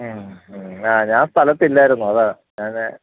മ്മ് മ്മ് ആ ഞാൻ സ്ഥലത്തില്ലായിരുന്നു അതാ ഞാനേ